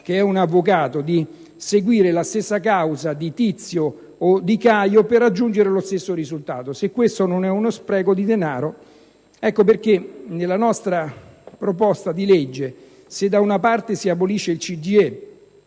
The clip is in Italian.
che è avvocato, di seguire la stessa causa di Tizio e di Caio per raggiungere lo stesso risultato: se questo non è uno spreco di denaro ditelo voi. Ecco perché nella nostra proposta di legge se da una parte si abolisce il CGIE,